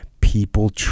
people